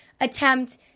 attempt